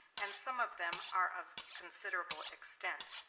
and some of them are of considerable extent.